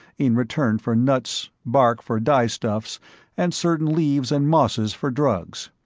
in return for nuts, bark for dyestuffs and certain leaves and mosses for drugs.